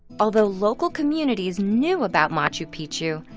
although local communities knew about machu picchu,